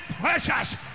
precious